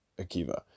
Akiva